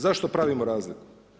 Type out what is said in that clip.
Zašto pravimo razliku?